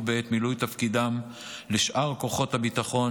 בעת מילוי לזו של שאר כוחות הביטחון